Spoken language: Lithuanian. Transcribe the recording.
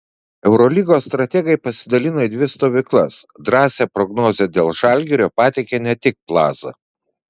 eurolygos strategai pasidalino į dvi stovyklas drąsią prognozę dėl žalgirio pateikė ne tik plaza